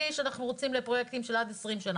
1/3 אנחנו רוצים לפרויקטים של עד 20 שנה'.